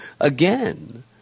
again